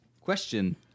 Question